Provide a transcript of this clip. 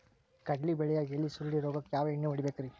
ಕಡ್ಲಿ ಬೆಳಿಯಾಗ ಎಲಿ ಸುರುಳಿ ರೋಗಕ್ಕ ಯಾವ ಎಣ್ಣಿ ಹೊಡಿಬೇಕ್ರೇ?